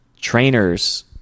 trainers